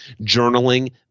journaling